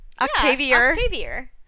Octavia